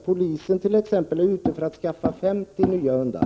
Polisen t.ex. behöver 50 hundar.